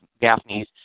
Gaffney's